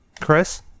Chris